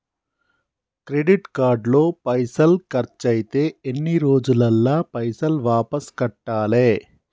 Credit card లో పైసల్ ఖర్చయితే ఎన్ని రోజులల్ల పైసల్ వాపస్ కట్టాలే?